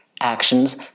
actions